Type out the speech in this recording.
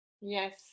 Yes